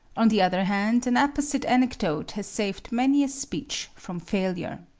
on the other hand, an apposite anecdote has saved many a speech from failure.